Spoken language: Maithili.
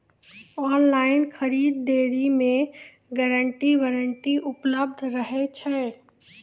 ऑनलाइन खरीद दरी मे गारंटी वारंटी उपलब्ध रहे छै?